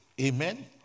Amen